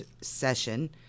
session